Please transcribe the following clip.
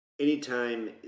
Anytime